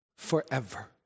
Forever